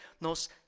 nos